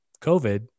COVID